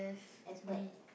as what